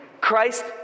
Christ